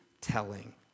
Telling